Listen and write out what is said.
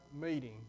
meeting